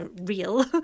real